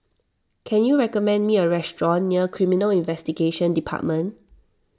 can you recommend me a restaurant near Criminal Investigation Department